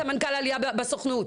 סמנכ"ל עלייה בסוכנות,